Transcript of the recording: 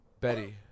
Betty